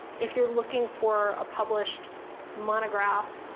if you're looking for a published monograph,